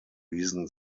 reason